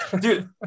dude